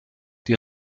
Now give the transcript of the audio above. die